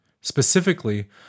Specifically